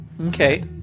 Okay